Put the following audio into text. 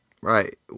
Right